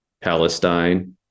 Palestine